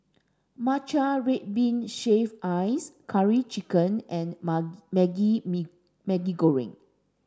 matcha red bean shaved ice curry chicken and Maggi Maggi Goreng